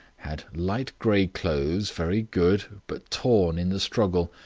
had light grey clothes, very good, but torn in the struggle.